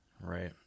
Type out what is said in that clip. Right